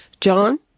John